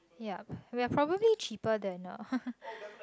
yup we are probably cheaper than uh